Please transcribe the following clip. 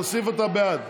תוסיף אותה בעד.